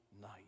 night